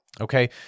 okay